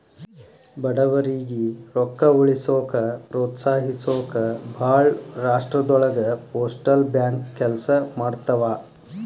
ಬಡವರಿಗಿ ರೊಕ್ಕ ಉಳಿಸೋಕ ಪ್ರೋತ್ಸಹಿಸೊಕ ಭಾಳ್ ರಾಷ್ಟ್ರದೊಳಗ ಪೋಸ್ಟಲ್ ಬ್ಯಾಂಕ್ ಕೆಲ್ಸ ಮಾಡ್ತವಾ